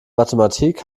mathematik